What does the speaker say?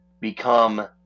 become